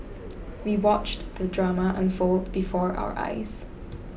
we watched the drama unfold before our eyes